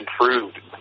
improved